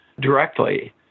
directly